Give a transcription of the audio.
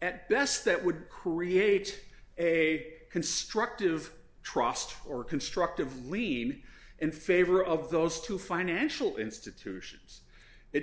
at best that would create a constructive trust for constructive lean in favor of those two financial institutions it